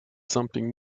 something